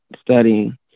studying